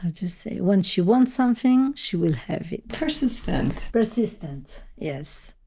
ah do you say? when she wants something she will have it. persistent. persistent, yes.